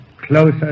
closer